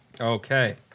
Okay